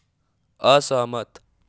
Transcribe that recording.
असहमत